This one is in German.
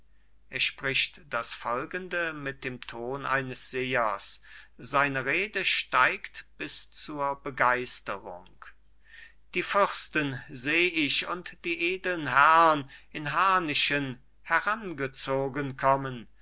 er spricht das folgende mit dem ton eines sehers seine rede steigt bis zur begeisterung die fürsten seh ich und die edeln herrn in harnischen herangezogen kommen